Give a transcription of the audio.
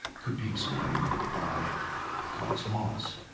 could be explained by god's laws.